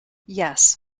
yes